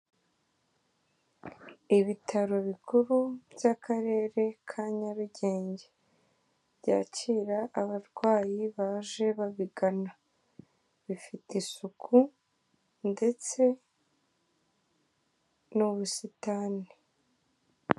Ibitaro bikuru by'Akarere ka Nyarugenge byakira abarwayi baje babigana, bifite isuku ndetse n'ubusitani.